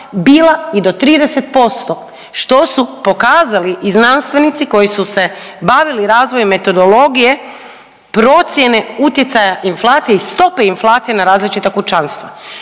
bila i do 30% što su pokazali i znanstvenici koji su se bavili razvojem metodologije procjene utjecaja inflacije i stope inflacije na različita kućanstva.